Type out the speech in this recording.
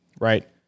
right